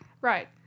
Right